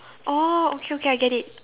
oh okay okay I get it